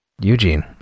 Eugene